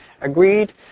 Agreed